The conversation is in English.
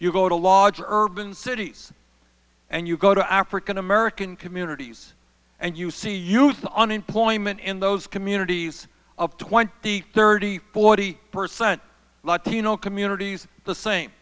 you go to log urban cities and you go to african american communities and you see youth unemployment in those communities of twenty thirty forty percent latino communities the same